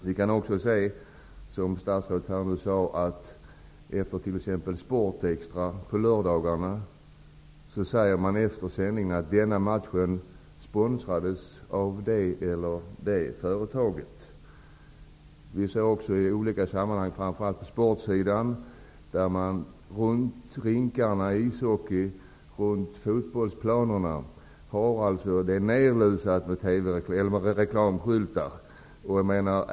Vi kan också se, som statsrådet nämnde i sitt svar, att man t.ex. efter Sportextra på lördagarna säger att en match har sponsrats av det eller det företaget. Det visas reklam i olika sammanhang, framför allt i samband med sport. Runt rinkarna vid ishockey och runt fotbollsplanerna är det nerlusat med reklamskyltar.